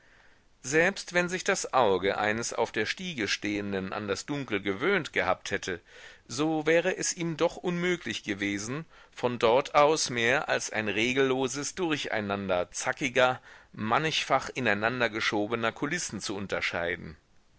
selbst wenn sich das auge eines auf der stiege stehenden an das dunkel gewöhnt gehabt hätte so wäre es ihm doch unmöglich gewesen von dort aus mehr als ein regelloses durcheinander zackiger mannigfach ineinander geschobener kulissen zu unterscheiden